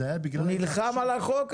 הוא נלחם על החוק הזה.